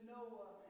Noah